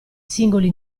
singoli